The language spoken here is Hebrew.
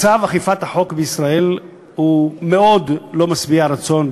מצב אכיפת החוק בישראל הוא מאוד לא משביע רצון,